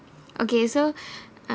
okay so